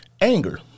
Anger